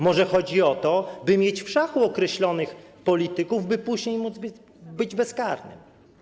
Może chodzi o to, by mieć w szachu określonych polityków, by później być bezkarnym?